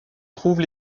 trouvent